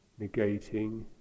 negating